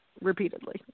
repeatedly